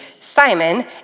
Simon